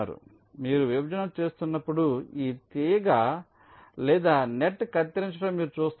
కాబట్టి మీరు విభజన చేస్తున్నప్పుడు ఈ తీగ లేదా నెట్ కత్తిరించడం మీరు చూస్తారు